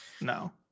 No